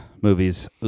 movies